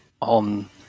on